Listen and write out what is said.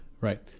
Right